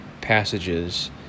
passages